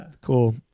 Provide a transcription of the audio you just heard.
cool